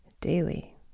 daily